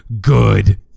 good